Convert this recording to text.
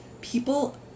people